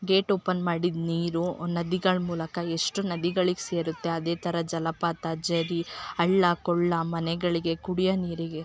gate open ಮಾಡಿದ ನೀರು ನದಿಗಳು ಮೂಲಕ ಎಷ್ಟು ನದಿಗಳಿಗೆ ಸೇರುತ್ತೆ ಅದೇ ಥರ ಜಲಪಾತ ಝರಿ ಹಳ್ಳ ಕೊಳ್ಳ ಮನೆಗಳಿಗೆ ಕುಡಿಯೋ ನೀರಿಗೆ